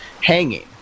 hanging